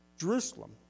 Jerusalem